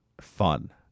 fun